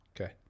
Okay